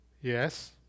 yes